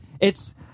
it's-